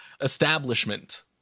establishment